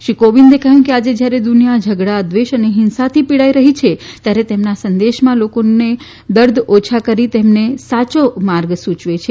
શ્રી રામનાથ કોવિંદે કહ્યું કે આજે જ્યારે દુનિયા ઝઘડા દ્વેષ અને હિંસાથી પીડાઈ રહી છે ત્યારે તેમના સંદેશમાં લોકોનો દર્દ ઓછા કરી તેમને સાચો માર્ગ સૂચવે છે